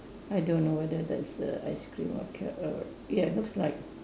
I don't know whether that's a ice cream or carrot err ya looks like